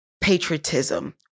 patriotism